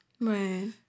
Right